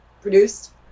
produced